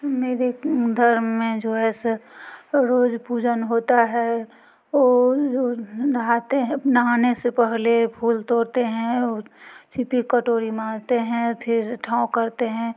मेरे घर में जो है सो रोज़ पूजन होता है वो रोज़ नहाते हैं नहाने से पहले फूल तोड़ते हैं और कटोरी मारते हैं फिर उठाओ करते हैं